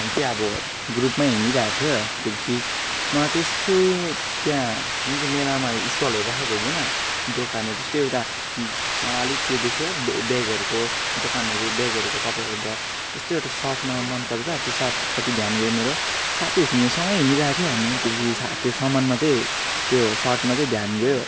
हामी चाहिँ अब ग्रुपमै हिँडिरहेको थियो त्योपिच्छे मलाई चाहिँ यस्तो त्यहाँ जुन चाहिँ मेलामा स्टलहरू राखेको हुँदैन दोकानहरू जस्तै एउटा मलाई अलिक के देख्यो बे ब्यागहरूको दोकानहरू ब्यागहरूको कपडाहरू त यस्तो एउटा सर्ट मलाई मन पर्दा त्यो सपट्टि ध्यान गयो मेरो साथीहरूसँग सँगै हिँडिरहेको थियौँ हामी त्योपिच्छे सा त्यो सामानमा चाहिँ त्यो सर्टमा चाहिँ ध्यान गयो